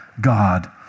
God